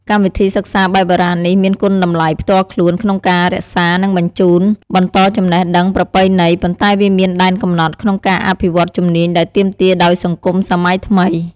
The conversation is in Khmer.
កម្មវិធីសិក្សាបែបបុរាណនេះមានគុណតម្លៃផ្ទាល់ខ្លួនក្នុងការរក្សា និងបញ្ជូនបន្តចំណេះដឹងប្រពៃណី ប៉ុន្តែវាមានដែនកំណត់ក្នុងការអភិវឌ្ឍជំនាញដែលទាមទារដោយសង្គមសម័យថ្មី។